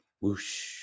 Whoosh